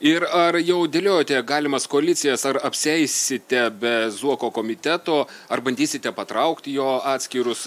ir ar jau dėliojate galimas koalicijas ar apsieisite be zuoko komiteto ar bandysite patraukti jo atskirus